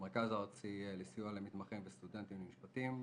המרכז הארצי לסיוע למתמחים וסטודנטים למשפטים.